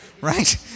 right